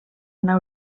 anar